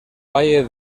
valle